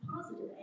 positive